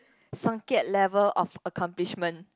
Song-Kiat level of accomplishment